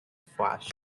fast